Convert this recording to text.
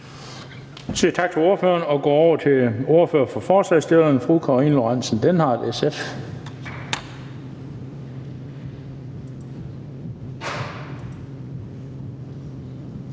Vi siger tak til ordføreren og går over til ordføreren for forslagsstillerne, fru Karina Lorenzen Dehnhardt, SF.